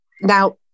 now